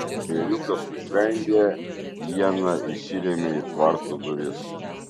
bėriukas sužvengė iena įsirėmė į tvarto duris